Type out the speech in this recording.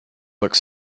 looked